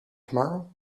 tomorrow